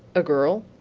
a girl?